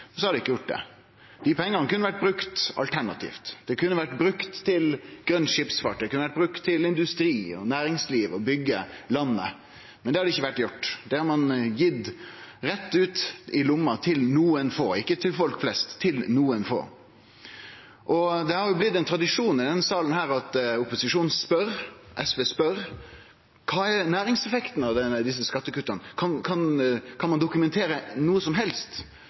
så har det ikkje gjort det. Dei pengane kunne ha vore brukt alternativt. Dei kunne ha vore brukt til grøn skipsfart, dei kunne ha vore brukt til industri og næringsliv, til å byggje landet. Men det har ikkje vore gjort. Det har ein gitt rett i lomma til nokre få – ikkje til folk flest, men til nokre få. Det har jo blitt ein tradisjon i denne salen at opposisjonen og SV spør: Kva er næringseffekten av desse skattekutta? Kan ein dokumentere noko som helst?